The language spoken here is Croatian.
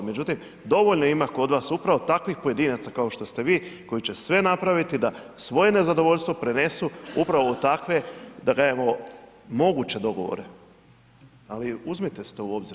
Međutim, dovoljno ima kod vas upravo takvih pojedinaca kao što ste vi koji će sve napraviti da svoje nezadovoljstvo prenesu upravo u takve da kažemo moguće dogovore, ali uzmite si to u obzir